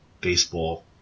baseball